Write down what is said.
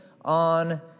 on